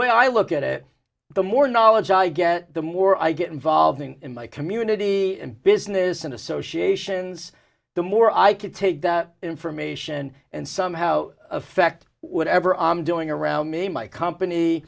way i look at it the more knowledge i get the more i get involved in my community and business and associations the more i can take that information and somehow affect whatever i'm doing around me my company